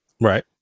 Right